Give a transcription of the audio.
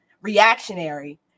reactionary